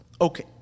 Okay